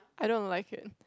I don't like it